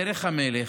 דרך המלך